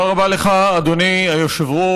תודה רבה לך, אדוני היושב-ראש.